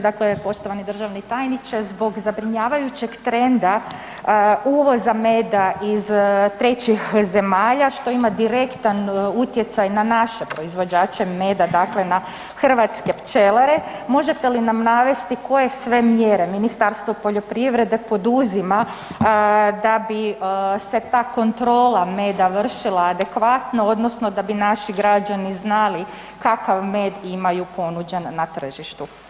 Dakle, poštovani državni tajniče, zbog zabrinjavajućeg trenda uvoza meda iz trećih zemalja, što ima direktan utjecaj na naše proizvođače meda, dakle na hrvatske pčelare, možete li nam navesti koje sve mjere Ministarstvo poljoprivrede poduzima da bi se ta kontrola meda vršila adekvatno odnosno da bi naši građani znali kakav med imaju ponuđen na tržištu?